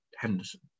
Henderson